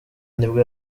nibwo